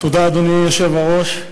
אדוני היושב-ראש,